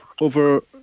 over